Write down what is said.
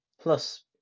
Plus